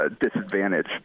disadvantage